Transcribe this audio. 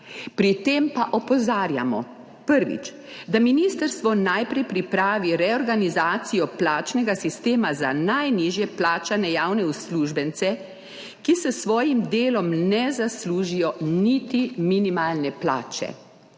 Pri tem pa opozarjamo, prvič, da ministrstvo najprej pripravi reorganizacijo plačnega sistema za najnižje plačane javne uslužbence, ki s svojim delom ne zaslužijo niti minimalne plače.